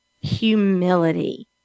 humility